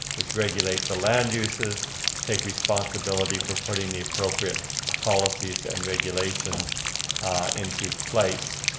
which regulate the land uses take responsibility for putting the appropriate policies and regulations into place.